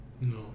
No